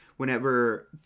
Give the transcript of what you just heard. Whenever